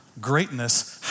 greatness